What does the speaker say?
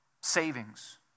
savings